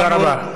לנו,